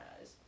eyes